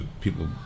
people